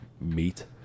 meat